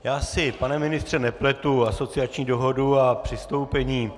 Já si, pane ministře, nepletu asociační dohodu a přistoupení.